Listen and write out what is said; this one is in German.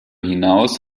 hinaus